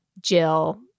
Jill